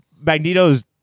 Magneto's